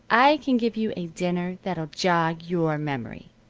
i can give you a dinner that'll jog your memory.